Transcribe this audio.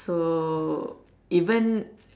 so even